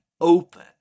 open